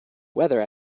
weather